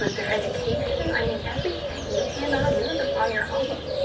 with their education. i mean everything. you cannot do this on your own.